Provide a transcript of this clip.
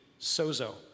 Sozo